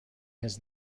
his